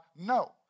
No